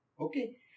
Okay